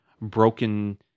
broken